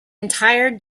entire